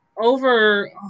over